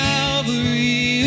Calvary